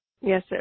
Yes